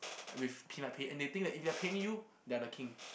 with peanut pay and they think like if they are paying they are the king